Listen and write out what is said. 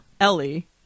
Ellie